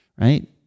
right